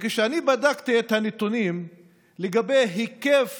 כשאני בדקתי את הנתונים לגבי היקף